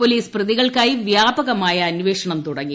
police പ്രതികൾക്കായി വ്യാഷ്ക് അന്നേഷണം തുടങ്ങി